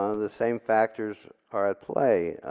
ah the same factors are at play.